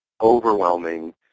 overwhelming